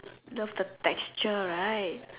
love the texture right